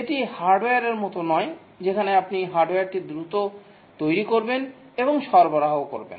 এটি হার্ডওয়্যারের মত নয় যেখানে আপনি হার্ডওয়্যারটি দ্রুত তৈরি করবেনএবং সরবরাহ করবেন